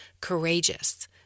courageous